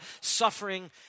suffering